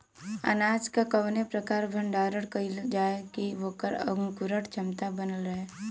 अनाज क कवने प्रकार भण्डारण कइल जाय कि वोकर अंकुरण क्षमता बनल रहे?